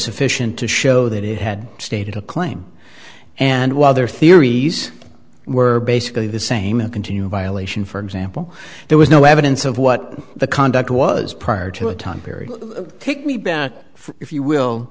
sufficient to show that it had stated a claim and while their theories were basically the same and continued violation for example there was no evidence of what the conduct was prior to a time period take me back if you will